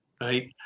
Right